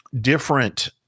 different